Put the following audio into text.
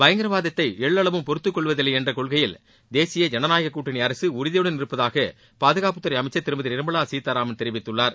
பயங்கரவாதத்தை எல்லளவும் பொறுத்துகொள்வதில்லை என்ற கொள்கையில் தேசிய ஜனநாயக கூட்டணி அரசு உறுதியுடன் இருப்பதாக பாதுகாப்பு துறை அமைச்சர் திருமதி நிர்மலா சீதாராமன் தெரிவித்துள்ளார்